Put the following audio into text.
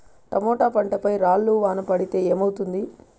Tomato పంట పై రాళ్లు వాన పడితే ఏమవుతుంది?